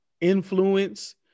influence